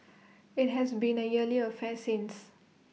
IT has been A yearly affair since